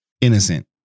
innocent